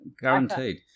Guaranteed